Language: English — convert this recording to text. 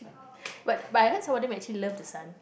but but I heard some of them actually love the sun